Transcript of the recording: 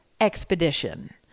expedition